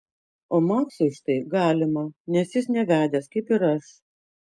o maksui štai galima nes jis nevedęs kaip ir aš